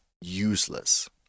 useless